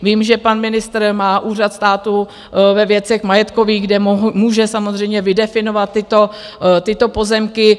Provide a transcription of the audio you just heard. Vím, že pan ministr má Úřad státu ve věcech majetkových, kde může samozřejmě vydefinovat tyto pozemky.